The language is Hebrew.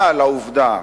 אבל העובדה